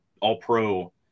all-pro